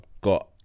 got